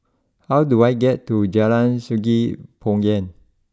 how do I get to Jalan Sungei Poyan